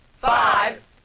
Five